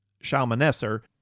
Shalmaneser